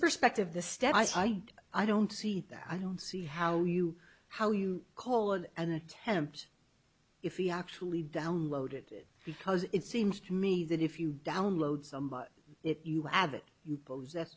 perspective the step i don't i don't see that i don't see how you how you call it an attempt if he actually downloaded it because it seems to me that if you download somebody if you add that you pose that